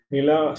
Nila